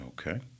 Okay